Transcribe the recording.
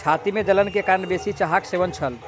छाती में जलन के कारण बेसी चाहक सेवन छल